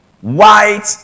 white